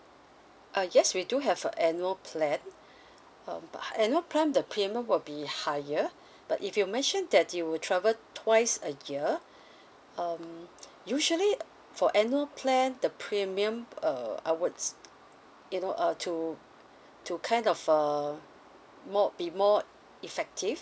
uh yes we do have a annual plan um but uh annual plan the payment will be higher but if you mention that you will travel twice a year um usually for annual plan the premium err I would you know uh to to kind of uh more would be more effective